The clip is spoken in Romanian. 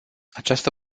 această